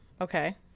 Okay